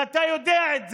ואתה יודע את זה: